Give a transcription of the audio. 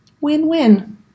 Win-win